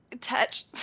Touch